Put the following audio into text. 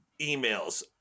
emails